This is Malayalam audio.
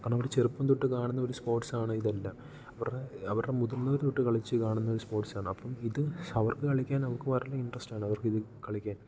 കാരണം അവർ ചെറുപ്പം തൊട്ട് കാണുന്ന ഒരു സ്പോർട്സാണ് ഇതെല്ലാം അവരുടെ അവരുടെ മുതിർന്നവർ തൊട്ട് കളിച്ച് കാണുന്ന ഒരു സ്പോർട്സാണ് അപ്പം ഇത് അവർക്ക് കളിക്കാൻ അവർക്ക് വളരെ ഇൻട്രസ്റ്റാണ് അവർക്ക് ഇത് കളിക്കാൻ